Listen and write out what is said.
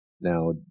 Now